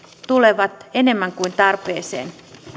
tulevat enemmän kuin tarpeeseen